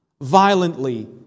violently